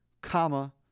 comma